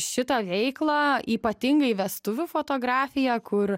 šita veikla ypatingai vestuvių fotografija kur